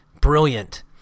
brilliant